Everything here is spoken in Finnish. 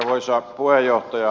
arvoisa puheenjohtaja